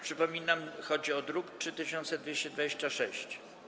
Przypominam, że chodzi o druk nr 3226.